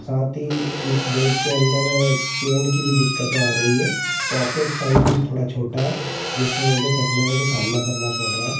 साथ ही इस बैग के अंदर चैन की भी दिक्कतें आ रही हैं पॉकेट साइज भी थोडा छोटा है जिससे मुझे कठिनाईयों का सामना करना पर रहा है